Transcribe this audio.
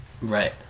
Right